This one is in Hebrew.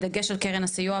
בדגש על קרן הסיוע.